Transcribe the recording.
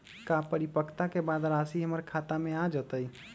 का परिपक्वता के बाद राशि हमर खाता में आ जतई?